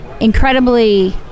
incredibly